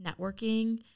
networking